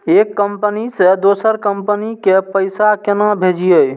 एक कंपनी से दोसर कंपनी के पैसा केना भेजये?